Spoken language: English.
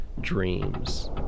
dreams